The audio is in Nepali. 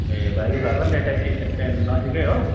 ए भाइको घर पनि त्यतै सिस त्यहाँदेखि नजिकै हो